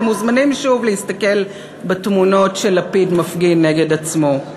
אתם מוזמנים שוב להסתכל בתמונות של לפיד מפגין נגד עצמו.